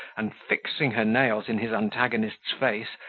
and, fixing her nails in his antagonist's face,